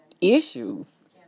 issues